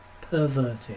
perverted